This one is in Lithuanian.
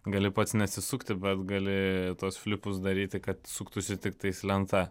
gali pats nesisukti bet gali tuos flipus daryti kad suktųsi tiktais lenta